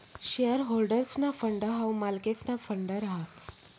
share होल्डर्सना fund हाऊ मालकेसना फंड रहास